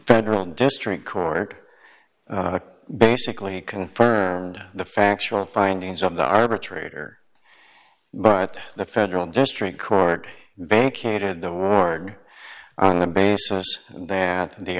federal district court basically confirmed the factual findings of the arbitrator but the federal district court bank aided the award on the basis that the